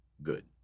Good